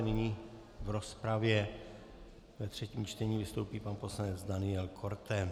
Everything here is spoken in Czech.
Nyní v rozpravě ve třetím čtení vystoupí pan poslanec Daniel Korte.